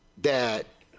that